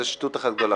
זאת שטות אחת גדולה.